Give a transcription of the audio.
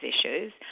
issues